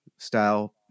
style